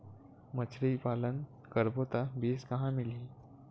मछरी पालन करबो त बीज कहां मिलही?